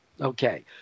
Okay